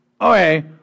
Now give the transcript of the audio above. Okay